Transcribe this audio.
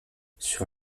sur